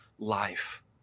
life